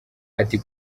ati